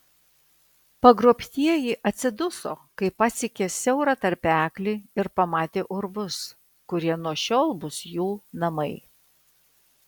pagrobtieji atsiduso kai pasiekė siaurą tarpeklį ir pamatė urvus kurie nuo šiol bus jų namai